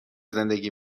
زندگی